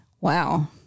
Wow